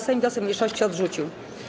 Sejm wniosek mniejszości odrzucił.